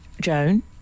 Joan